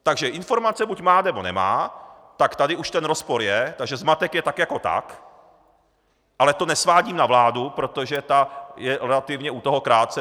Takže informace buď má, nebo nemá, tak tady už ten rozpor je, takže zmatek je tak jako tak, ale to nesvádím na vládu, protože ta je relativně u toho krátce.